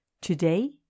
Today